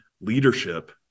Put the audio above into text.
leadership